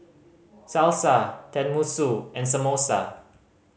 Salsa Tenmusu and Samosa